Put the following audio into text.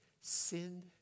sinned